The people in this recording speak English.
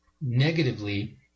negatively